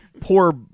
poor